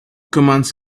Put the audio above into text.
commands